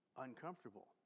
uncomfortable